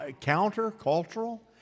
counter-cultural